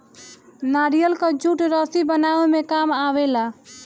नारियल कअ जूट रस्सी बनावे में काम आवेला